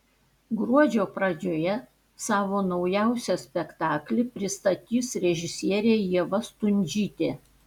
gruodžio pradžioje savo naujausią spektaklį pristatys režisierė ieva stundžytė